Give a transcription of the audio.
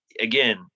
Again